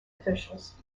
officials